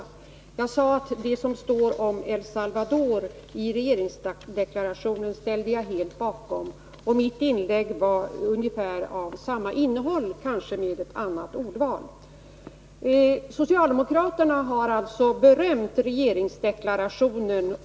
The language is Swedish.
Jag för min del uttalade att det som sägs om El Salvador i regeringsdeklarationen ställde jag mig helt bakom, och mitt inlägg hade ungefär samma innehåll, även om ordvalet kanske var ett annat. Vi socialdemokrater har alltså berömt regeringsdeklarationen.